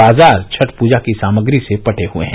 बाजार छठ पूजा की सामग्री से पटे हुये हैं